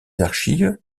archives